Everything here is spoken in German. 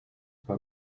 bei